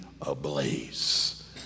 ablaze